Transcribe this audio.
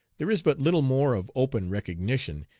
there is but little more of open recognition,